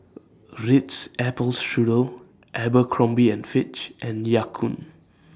Ritz Apple Strudel Abercrombie and Fitch and Ya Kun